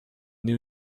new